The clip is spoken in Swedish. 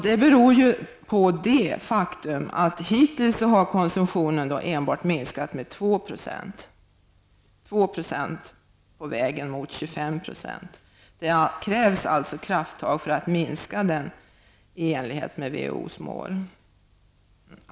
Det beror på det faktum att konsumtionen har minskat med enbart 2 % från 1980 på vägen mot en minskning med 25 % till år 2000. Det krävs alltså krafttag för att minska konsumtionen i enlighet med WHOs mål.